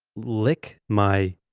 lick my.